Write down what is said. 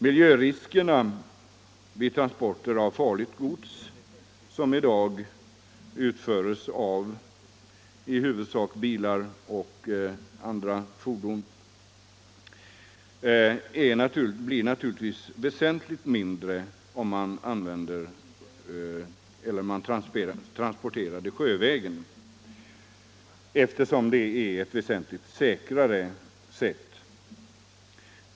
Miljöriskerna vid transporter av farligt gods, som i dag utförs av i huvudsak bilar och andra fordon, blir också väsentligt mindre vid sjötransporter, eftersom transporter av det slaget sker mycket säkrare sjövägen.